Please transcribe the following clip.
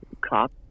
cop